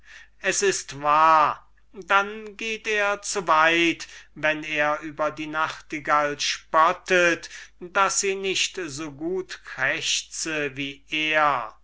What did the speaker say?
es ist wahr dann geht er zu weit wenn er über die nachtigall spottet daß sie nicht so gut krächzt wie er